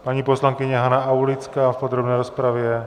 Paní poslankyně Hana Aulická v podrobné rozpravě!